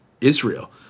Israel